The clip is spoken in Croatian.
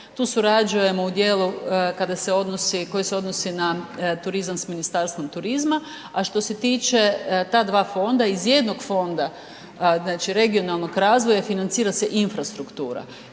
Tu surađujemo u dijelu koji se odnosi na turizam s Ministarstvom turizma, a što se tiče ta dva fonda, iz jednog fonda, znači regionalnog razvoja financira se infrastruktura